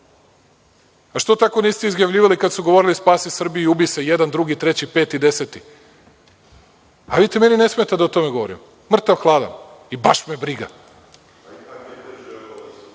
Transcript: Zašto tako niste izjavljivali kada su govorili „Spasi Srbiju i ubi se“, jedan, drugi, treći, peti, deseti. Vidite, meni ne smeta da o tome govorim, mrtav hladan i baš me